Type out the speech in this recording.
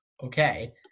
Okay